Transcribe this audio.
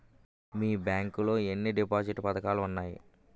మీ bank లో ఎన్ని deposit పథకాలు ఉన్నాయి?